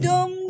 Dum